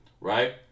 right